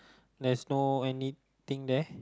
there's no anything there